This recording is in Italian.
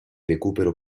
recupero